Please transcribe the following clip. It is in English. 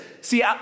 See